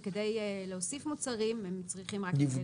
וכדי להוסיף, הם צריכים רק להודיע.